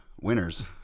winners